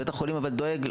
בית החולים דואג.